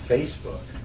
Facebook